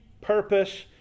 purpose